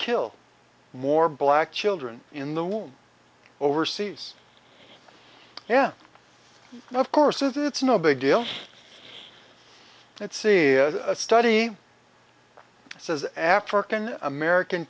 kill more black children in the womb overseas yeah and of course it's no big deal let's see a study says african american